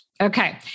Okay